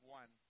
one